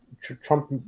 Trump